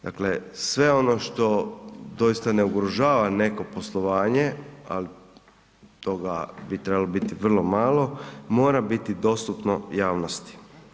Dakle, sve ono što doista ne ugrožava neko poslovanje, ali toga bi trebalo vrlo malo, mora biti dostupno javnosti.